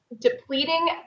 depleting